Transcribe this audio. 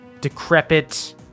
decrepit